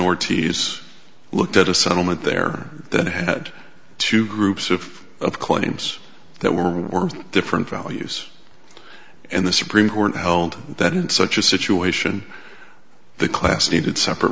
ortiz looked at a settlement there that had two groups of of claims that were worth different values and the supreme court held that in such a situation the class needed separate